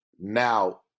now